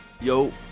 Yo